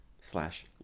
slash